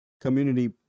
community